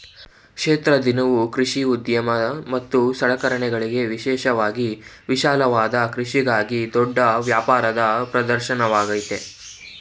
ಕ್ಷೇತ್ರ ದಿನವು ಕೃಷಿ ಉದ್ಯಮ ಮತ್ತು ಸಲಕರಣೆಗಳಿಗೆ ವಿಶೇಷವಾಗಿ ವಿಶಾಲವಾದ ಕೃಷಿಗಾಗಿ ದೊಡ್ಡ ವ್ಯಾಪಾರದ ಪ್ರದರ್ಶನವಾಗಯ್ತೆ